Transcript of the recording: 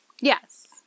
Yes